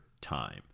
time